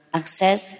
access